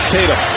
Tatum